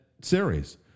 series